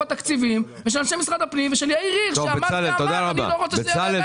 התקציבים ושל אנשי משרד הפנים ושל יאיר הירש שאמר שהוא לא רוצה שזה יהיה כך.